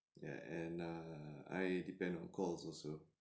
ya and err I depend on calls also